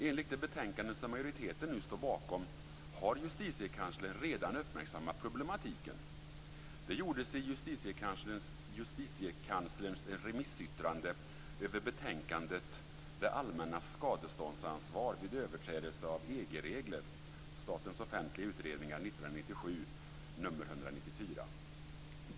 Enligt det betänkande som majoriteten nu står bakom har Justitiekanslern redan uppmärksammat problematiken. Det gjordes i Justitiekanslerns remissyttrande över betänkandet Det allmännas skadeståndsansvar vid överträdelse av EG-regler .